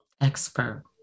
expert